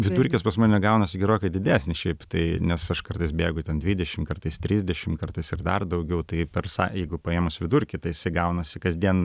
vidurkis pas mane gaunasi gerokai didesnis šiaip tai nes aš kartais bėgu ten dvidešim kartais trisdešim kartais ir dar daugiau tai per jeigu paėmus vidurkį tai jisai gaunasi kasdien